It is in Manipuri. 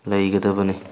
ꯂꯩꯒꯗꯕꯅꯤ